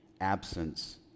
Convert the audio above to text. Absence